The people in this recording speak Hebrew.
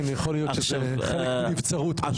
כן, יכול להיות שזה חלק מהנבצרות.